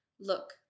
Look